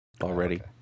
already